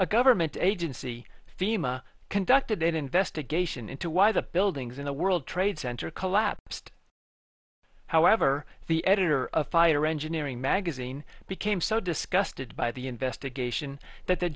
a government agency thema conducted an investigation into why the buildings in the world trade center collapsed however the editor of fire engineering magazine became so disgusted by the investigation that the